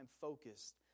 focused